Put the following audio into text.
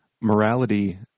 morality